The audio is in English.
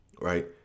Right